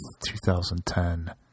2010